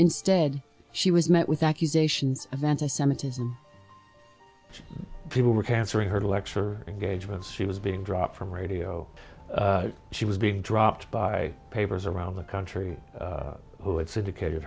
instead she was met with accusations of anti semitism people were cancer her lecture engagements she was being dropped from radio she was being dropped by papers around the country who would syndicated